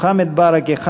מוחמד ברכה,